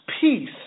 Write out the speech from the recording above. peace